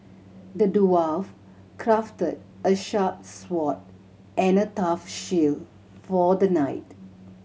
the dwarf crafted a sharp sword and a tough shield for the knight